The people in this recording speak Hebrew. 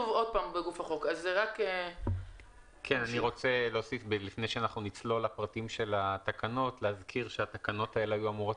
אני רוצה להזכיר לפני שנצלול לפרטי התקנות שהתקנות האלה היו אמורות